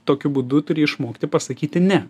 tokiu būdu turi išmokti pasakyti ne